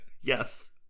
Yes